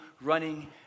running